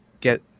get